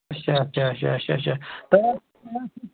اَچھا اَچھا اَچھا اچھا اچھا تہٕ